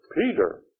Peter